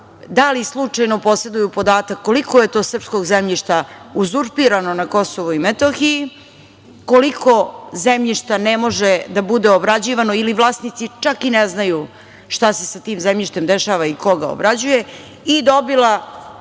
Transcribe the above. da li slučajno poseduju podatak koliko je to srpskog zemljišta uzurpirano na KiM, koliko zemljišta ne može da bude obrađivano ili vlasnici čak i ne znaju šta se sa tim zemljištem dešava i ko ga obrađuje i dobila